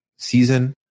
season